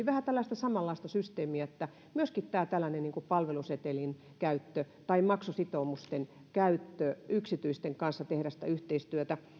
vähän tällaista samanlaista systeemiä että olisi myöskin tällainen palvelusetelin käyttö tai maksusitoumusten käyttö yksityisten kanssa tehdä sitä yhteistyötä